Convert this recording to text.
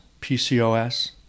PCOS